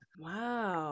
Wow